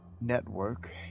network